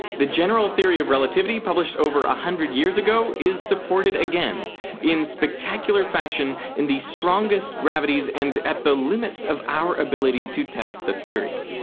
the general theory of relativity published over a hundred years ago is supported again again in spectacular fashion in the strongest gravities and at the limits of our ability to test the theory.